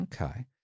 Okay